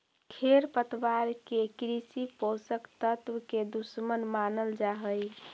खेरपतवार के कृषि पोषक तत्व के दुश्मन मानल जा हई